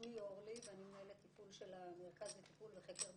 שמי אורלי ואני מנהלת תפעול של המרכז לטיפול וחקר באוטיזם.